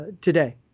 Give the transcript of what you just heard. today